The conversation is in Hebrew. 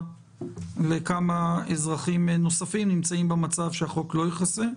כמה אזרחים נמצאים במצב שהחוק לא מכסה.